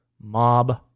mob